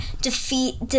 defeat